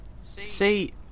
See